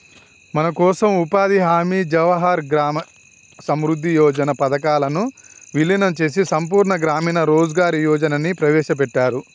మనకోసం ఉపాధి హామీ జవహర్ గ్రామ సమృద్ధి యోజన పథకాలను వీలినం చేసి సంపూర్ణ గ్రామీణ రోజ్గార్ యోజనని ప్రవేశపెట్టారు